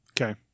Okay